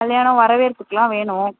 கல்யாணம் வரவேற்புக்குலாம் வேணும்